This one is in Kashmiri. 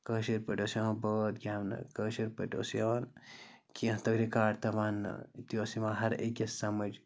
کٲشِرۍ پٲٹھۍ اوس یِوان بٲتھ گٮ۪ونہٕ کٲشِرۍ پٲٹھۍ اوس یِوان کیٚنٛہہ تہٕ رِکاڈ تہٕ وَنٛنہٕ أتی اوس یِوان ہَرٕ أکِس سَمٕج